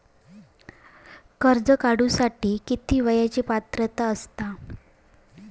कर्ज काढूसाठी किती वयाची पात्रता असता?